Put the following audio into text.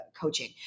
coaching